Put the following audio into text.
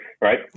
right